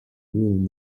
room